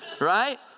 right